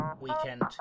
weekend